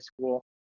school